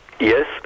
yes